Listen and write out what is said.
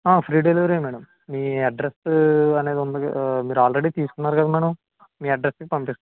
free డెలివరీయే madam మీ address అనేది ఉందిగా మీరు ఆల్రెడీ తీసుకున్నారు కదా మేడం మీ అడ్రస్కి పంపిస్తాము